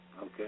Okay